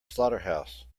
slaughterhouse